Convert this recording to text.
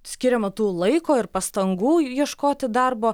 skiriama tų laiko ir pastangų ieškoti darbo